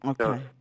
Okay